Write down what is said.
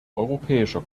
europäischer